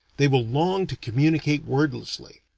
they will long to communicate wordlessly,